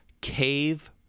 cave